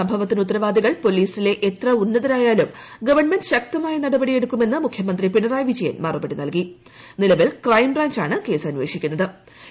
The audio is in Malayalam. സംഭവത്തിന് ഉത്തരവാദികൾ പൊലീസിലെ എത്രി ഉന്ന്തരായാലും ഗവൺമെന്റ് ശക്തമായ നടപടിയെടുക്കുമെന്ന് മുഖ്യമന്ത്രി പിണറായി വിജയൻ നില്ളവിൽ ക്രൈം ബ്രാഞ്ചാണ് കേസ് മറുപടി നൽകി